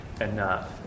enough